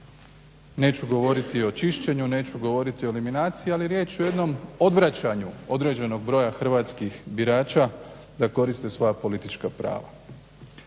Neću govoriti o čišćenju, neću govoriti o eliminaciji ali riječ je o jednom odvraćanju određenog broj hrvatskih birača da koriste svoja politička prava.